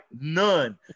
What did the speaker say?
None